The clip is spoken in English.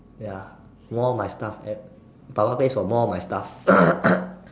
ya more of my stuff papa pays more of my stuff